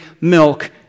milk